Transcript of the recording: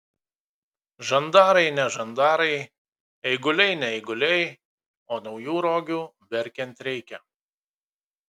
žandarai ne žandarai eiguliai ne eiguliai o naujų rogių verkiant reikia